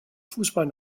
fußball